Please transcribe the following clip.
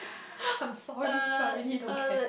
I'm sorry I really don't care